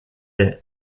est